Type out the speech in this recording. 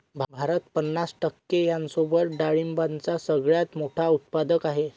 भारत पन्नास टक्के यांसोबत डाळींचा सगळ्यात मोठा उत्पादक आहे